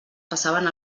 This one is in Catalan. passaven